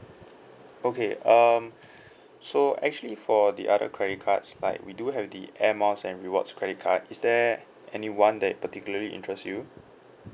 okay um so actually for the other credit cards like we do have the airmiles and rewards credit card is there any one that particularly interest you